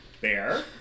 Bear